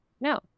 no